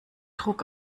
druck